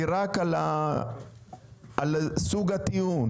היא רק על סוג הטיעון.